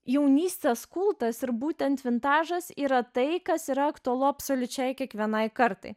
jaunystės kultas ir būtent vintažas yra tai kas yra aktualu absoliučiai kiekvienai kartai